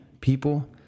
people